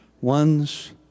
ones